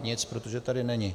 Nic, protože tady není.